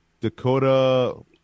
Dakota